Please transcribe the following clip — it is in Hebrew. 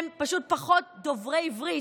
הם פשוט פחות דוברי עברית,